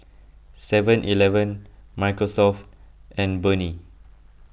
Seven Eleven Microsoft and Burnie